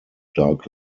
dark